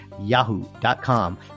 Yahoo.com